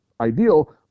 ideal